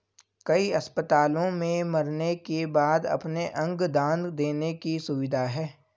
कई अस्पतालों में मरने के बाद अपने अंग दान देने की सुविधा है